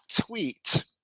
tweet